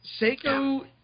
Seiko